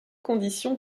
condition